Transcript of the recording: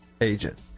agent